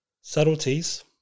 subtleties